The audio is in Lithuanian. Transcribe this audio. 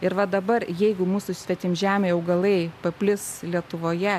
ir va dabar jeigu mūsų svetimžemiai augalai paplis lietuvoje